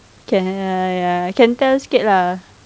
ya ya can tell sikit lah